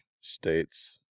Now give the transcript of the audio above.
States